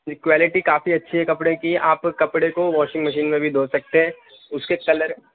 جی quality کافی اچھی ہے کپڑے کی آپ کپڑے کو واشنگ مشین میں بھی دھو سکتے ہیں اس کے کلر